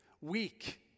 weak